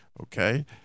okay